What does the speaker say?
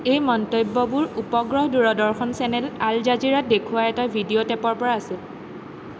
এই মন্তব্যবোৰ উপগ্ৰহ দূৰদৰ্শন চেনেল আল জাজিৰাত দেখুওৱা এটা ভিডিঅ' টেপৰ পৰা আছিল